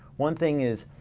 one thing is,